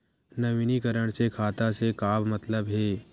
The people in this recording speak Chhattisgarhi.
नवीनीकरण से खाता से का मतलब हे?